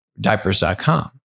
Diapers.com